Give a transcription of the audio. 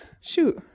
Shoot